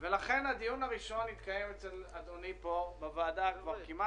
זה מסוג הדברים שלא חשבו עליהם והם קצת נופלים בין הכיסאות.